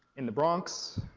in the bronx,